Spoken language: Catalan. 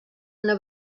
una